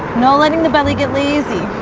no letting the belly get lazy